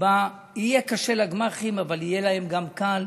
ובה יהיה קשה לגמ"חים, אבל יהיה להם גם קל.